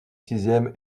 sixième